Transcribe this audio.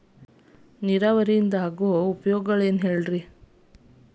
ನೇರಾವರಿಯಿಂದ ಆಗೋ ಉಪಯೋಗಗಳನ್ನು ಹೇಳ್ರಿ